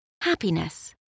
Happiness